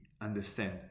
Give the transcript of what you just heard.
understand